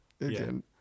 again